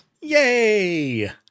Yay